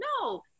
no